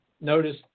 notice